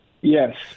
Yes